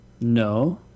No